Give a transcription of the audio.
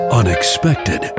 unexpected